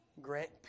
Grant